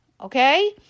okay